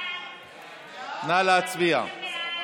נא להצביע.